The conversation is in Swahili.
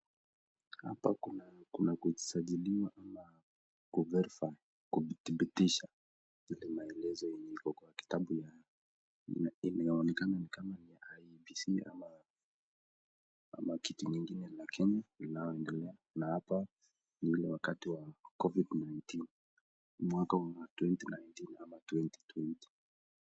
Hapa kuna kusajiliwa ama ku verify kudhibitisha yale maelezo yenye iko kwa kitabu ya inaonekana ni kama ni ya IEBC ama kitu nyingine la kenya linaloendelea na hapa ni ule wakati wa covid-19 mwaka wa 2019 ama 2020.